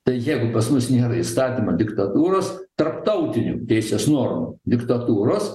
tai jeigu pas mus nėra įstatymo diktatūros tarptautinių teisės normų diktatūros